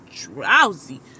drowsy